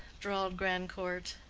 drawled grandcourt.